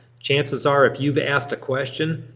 chances are if you've asked a question,